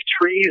Tree's